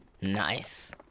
Nice